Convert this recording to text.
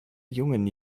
jungen